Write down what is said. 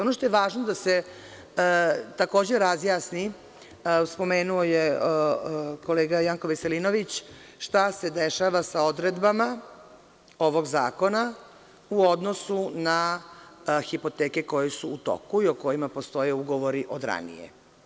Ono što je važno da se takođe razjasni, spomenuo je kolega Janko Veselinović, šta se dešava sa odredbama ovog zakona u odnosu na hipoteke koje su u toku i u kojima postoje ugovori od ranije.